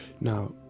Now